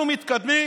אנחנו מתקדמים